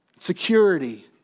security